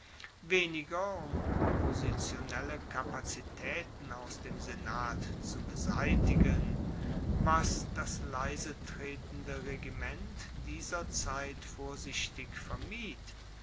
weniger um oppositionelle kapazitaeten aus dem senat zu beseitigen was das leisetretende regiment dieser zeit vorsichtig vermied